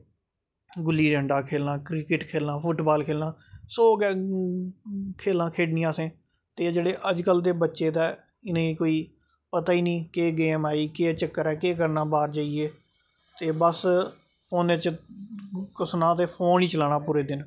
गुल्ली डंडा खेलना क्रिकेट खेलना फुटबॉल खेलना सौ खेलां खेढ़नियां असें ते जेह्ड़े अज्ज कल दे बच्चे न इ'नें ई कोई पता ही नेईं केह् गेम आई केह् चक्कर ऐ केह् करना बाहर जाइयै ते बस उ'न्ने च किश नेईं ते फोन गै चलाना पूरे दिन